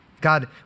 God